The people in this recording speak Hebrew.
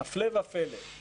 הפלא ופלא,